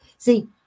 See